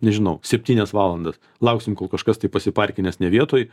nežinau septynias valandas lauksim kol kažkas tai pasiparkinęs ne vietoj